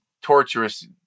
torturous